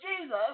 Jesus